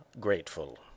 grateful